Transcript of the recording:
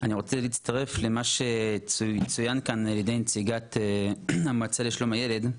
אני רוצה להצטרף למה שצוין כאן על ידי נציגת המועצה לשלום הילד.